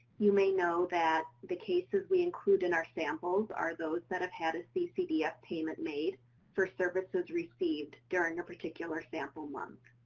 you may know that the cases we include in our samples are those that have had a ccdf payment made for services received during a particular sample month.